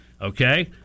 Okay